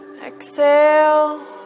exhale